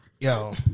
Yo